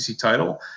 title